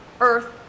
earth